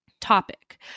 topic